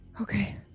okay